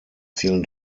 vielen